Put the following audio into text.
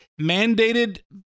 mandated